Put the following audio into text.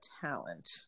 talent